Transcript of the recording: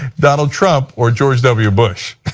donald trump or george w. bush?